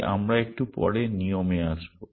তাই আমরা একটু পরে নিয়মে আসব